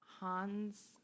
Hans